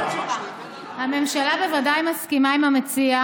אדוני חבר הכנסת סמוטריץ',